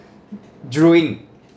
dream